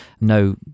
No